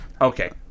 Okay